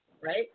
Right